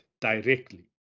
directly